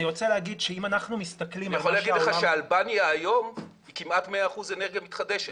אני יכול לומר לך שהיום אלבניה היא כמעט 100 אחוזים אנרגיה מתחדשת.